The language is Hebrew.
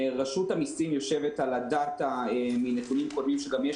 רשות המסים יושבת על נתונים קודמים שיש